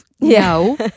No